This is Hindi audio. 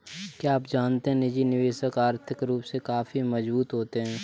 क्या आप जानते है निजी निवेशक आर्थिक रूप से काफी मजबूत होते है?